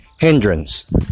hindrance